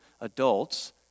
adults